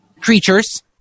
creatures